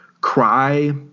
cry